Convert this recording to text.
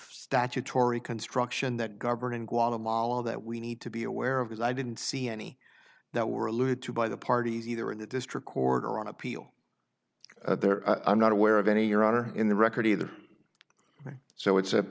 statutory construction that govern in guatemala that we need to be aware of his i didn't see any that were alluded to by the parties either in the district court or on appeal there i'm not aware of any your honor in the record either so it's